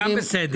גם בסדר.